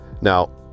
now